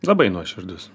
labai nuoširdus